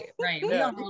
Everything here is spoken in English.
right